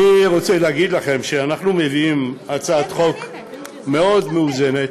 אני רוצה להגיד לכם שאנחנו מביאים הצעת חוק מאוד מאוזנת,